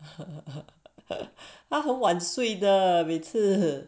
他很晚睡的